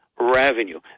Revenue